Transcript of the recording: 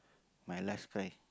my last cry